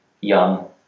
young